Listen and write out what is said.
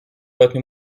retenu